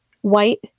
white